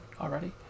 already